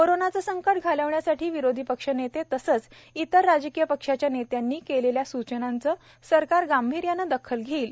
कोरोनाचे संकट घालविण्यासाठी विरोधी पक्ष नेते तसेच इतर राजकीय पक्षाच्या नेत्यांनी केलेल्या सूचनांची सरकार गांभीर्याने दखल घेईल